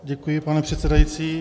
Děkuji, pane předsedající.